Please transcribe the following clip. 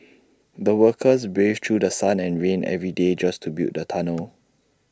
the workers braved through The Sun and rain every day just to build the tunnel